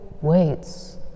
waits